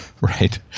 Right